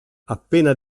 appena